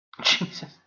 Jesus